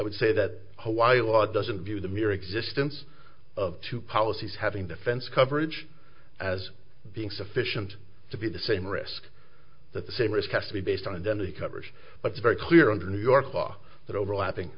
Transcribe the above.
would say that while law doesn't view the mere existence of two policies having defense coverage as being sufficient to be the same risk that the same risk has to be based on identity coverage but it's very clear under new york law that overlapping